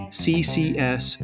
ccs